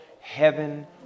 heaven